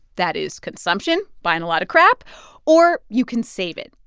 that is consumption buying a lot of crap or you can save it.